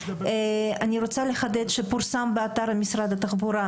אני רוצה לחדד שפורסם באתר משרד התחבורה